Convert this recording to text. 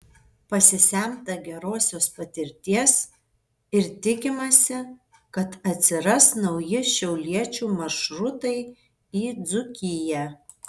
pasisemta gerosios patirties ir tikimasi kad atsiras nauji šiauliečių maršrutai į dzūkiją